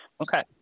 Okay